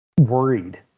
worried